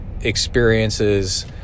experiences